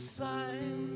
sign